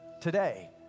today